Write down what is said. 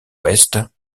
ouest